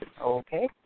Okay